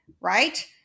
right